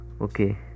Okay